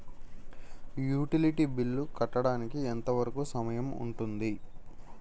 Utility bill కట్టడానికి ఎంత వరుకు సమయం ఉంటుంది?